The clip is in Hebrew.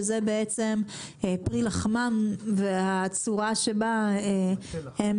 שזה מטה לחמם והצורה שבה הם